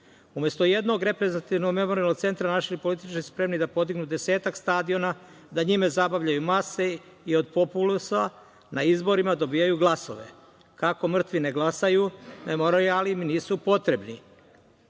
istine. Umesto jednog reprezentativnog memorijalnog centra, naši političari su spremni da podignu desetak stadiona, da na njima zabavljaju mase i od populusa na izborima dobijaju glasove. Kako mrtvi ne glasaju, memorijali im nisu potrebni. Tužna